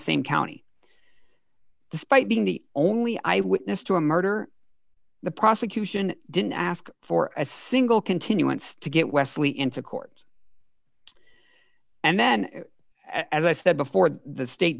same county despite being the only eyewitness to a murder the prosecution didn't ask for a single continuance to get wesley into court and then as i said before the state